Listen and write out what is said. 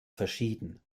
verschieden